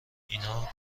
اینا